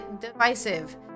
divisive